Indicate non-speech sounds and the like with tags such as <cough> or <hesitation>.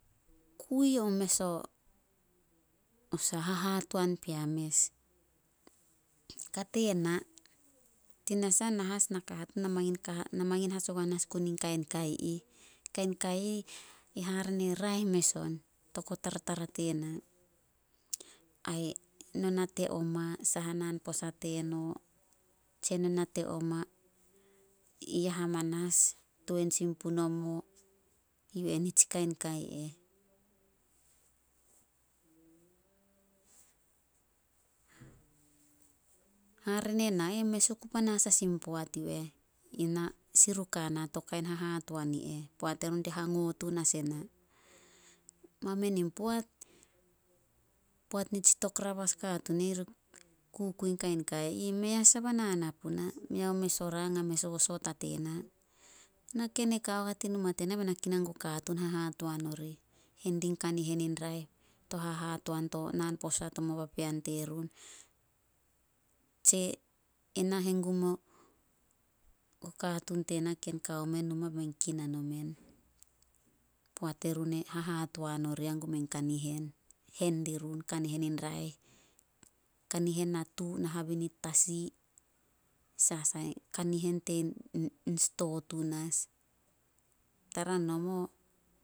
Kui yo mes o <unintelligible> hahatoan pea mes. Kate na, tanasah na as nakatuun na mangin <unintelligible> hasagohan as gun kain kai ih. Kain kai ih, e hare ne raeh mes on, togo tartara tena. Ai no nate oma saha naan posa teno. Tse no nate oma, i ya hamanas tuan sin punomo. Yu eh nitsi kain kai eh. <unintelligible> Hare nena eh, mes oku panas as in poat yu eh, ina siruk ana to kain hahatoan i eh, poat erun di hango tun as ena. Mamein in poat, poat nitsi tokrabas katuun ri <hesitation> kukui nitsi kain kai ih, mei a sah bah nana puna. Mei a mes o rang ame sosoot a tena. Na ken e kao gua numa tena bae na kinan guo katuun hahatoan orih. Hen di kanihen in raeh to hahatoan to naan posa tomo papean terun. Tse, ena henggum mo- o katuun tena ken kao men numa be men kinan omen, poat erun hahatoan orih henggum mein kanihen. Hen dirun kanihen in raeh, kanihen natu, na habinit tasi, sasai, kanihen tein <hesitation> sto tun as. Tara nomo